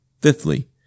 Fifthly